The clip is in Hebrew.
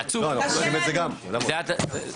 רוצה להגיד שאני אשתדל